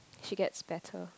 she gets better